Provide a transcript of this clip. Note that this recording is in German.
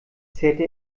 zerrte